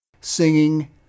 singing